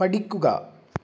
പഠിക്കുക